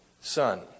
Son